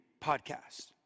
podcast